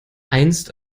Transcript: einst